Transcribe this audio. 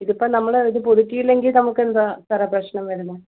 ഇതിപ്പം നമ്മൾ ഇത് പുതുക്കിയില്ലെങ്കിൽ നമുക്ക് എന്താണ് സാറേ പ്രശ്നം വരുന്നത്